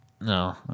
No